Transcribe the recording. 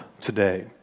today